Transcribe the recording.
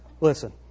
Listen